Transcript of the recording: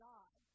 God